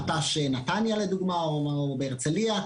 מט"ש נתניה לדוגמה או בהרצליה,